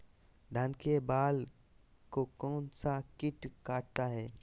धान के बाल को कौन सा किट काटता है?